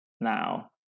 now